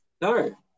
No